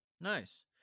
Nice